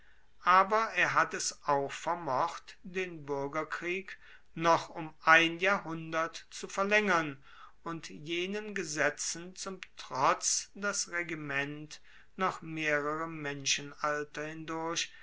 aber er hat es auch vermocht den buergerkrieg noch um ein jahrhundert zu verlaengern und jenen gesetzen zum trotz das regiment noch mehrere menschenalter hindurch